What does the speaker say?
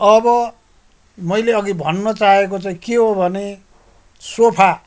अब मैले अघि भन्न चाहेको चाहिँ के हो भने सोफा